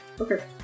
Okay